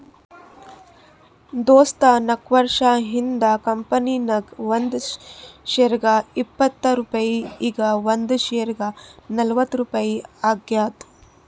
ದೋಸ್ತ ನಾಕ್ವರ್ಷ ಹಿಂದ್ ಕಂಪನಿ ನಾಗ್ ಒಂದ್ ಶೇರ್ಗ ಇಪ್ಪತ್ ರುಪಾಯಿ ಈಗ್ ಒಂದ್ ಶೇರ್ಗ ನಲ್ವತ್ ರುಪಾಯಿ ಆಗ್ಯಾದ್